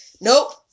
Nope